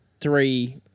three